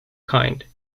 kind